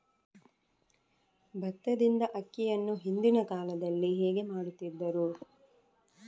ಭತ್ತದಿಂದ ಅಕ್ಕಿಯನ್ನು ಹಿಂದಿನ ಕಾಲದಲ್ಲಿ ಹೇಗೆ ಮಾಡುತಿದ್ದರು?